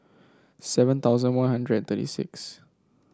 seven thousand One Hundred and thirty six